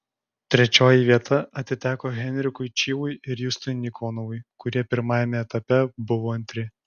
trečioji vieta atiteko henrikui čyvui ir justui nikonovui kurie pirmajame etape buvo antri